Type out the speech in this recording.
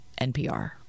NPR